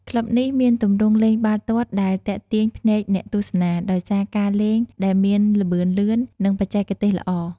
ក្លឹបនេះមានទម្រង់លេងបាល់ទាត់ដែលទាក់ទាញភ្នែកអ្នកទស្សនា ដោយសារការលេងដែលមានល្បឿនលឿន និងបច្ចេកទេសល្អ។